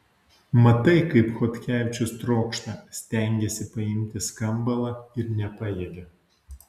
matai kaip chodkevičius trokšta stengiasi paimti skambalą ir nepajėgia